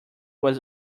was